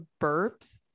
burps